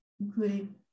including